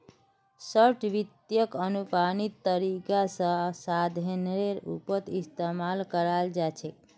short वित्तक अनुमानित तरीका स साधनेर रूपत इस्तमाल कराल जा छेक